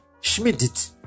Schmidt